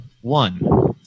One